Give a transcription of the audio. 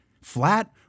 flat